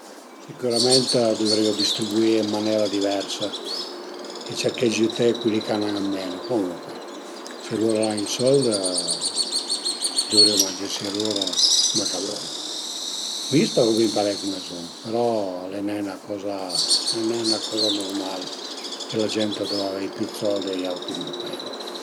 Sicürament a duvrìu distribüie ën manera diversa e cerché dë giüté culi li ch'a ën an menu, comuncue, se lur al an i sold a duvrìu mangesie lur cume ch'a völu. Mi stagu bin parei cume sun però al e nen 'na coza al e nen 'na coza nurmal che la gent a döva avei pi sold e i auti menu